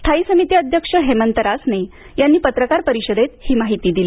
स्थायी समिती अध्यक्ष हेमंत रासने यांनी आज पञकार परिषदेत ही माहिती दिली